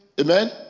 amen